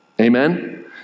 Amen